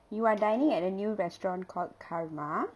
you are dining at a new restaurant called karma